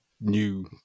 new